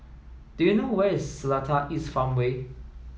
do you know where is Seletar East Farmway